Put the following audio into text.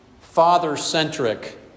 Father-centric